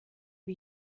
wie